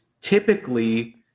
typically